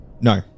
No